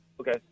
Okay